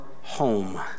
home